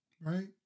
right